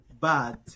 bad